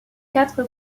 quatre